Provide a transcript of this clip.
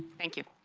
thank you.